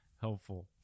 helpful